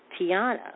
Tiana